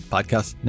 Podcast